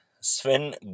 Sven